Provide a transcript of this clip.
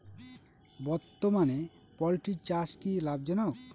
বর্তমানে পোলট্রি চাষ কি লাভজনক?